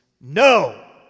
no